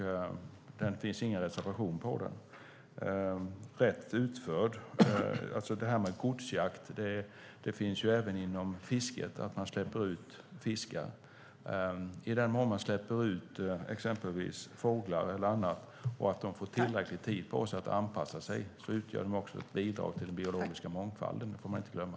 Men det finns ingen reservation som en följd av motionen. Även inom fisket förekommer godsjakt, att man släpper ut fiskar. Och i den mån exempelvis fåglar släpps ut och de får tillräckligt med tid på sig för att anpassa sig utgör dessa fåglar ett bidrag till den biologiska mångfalden. Det får man inte glömma.